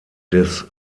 des